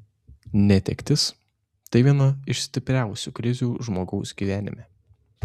netektis tai viena iš stipriausių krizių žmogaus gyvenime